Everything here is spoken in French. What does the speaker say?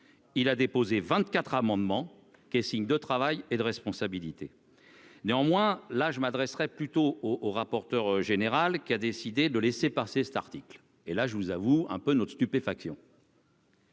il a déposé 24 amendements qu'signe de travail et de responsabilité néanmoins là je m'adresserais plutôt au rapporteur général qui a décidé de laisser passer cet article, et là je vous avoue un peu notre stupéfaction.